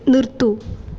നിർത്തൂ